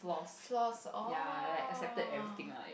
flaws oh